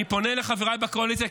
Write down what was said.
אני פונה לחבריי בקואליציה,